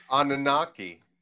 Anunnaki